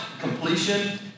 Completion